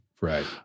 Right